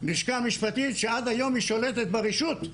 לשכה המשפטית שעד היום היא שולטת ברשות,